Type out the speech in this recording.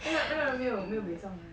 那个那个人没有没有 buay song meh